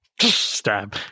stab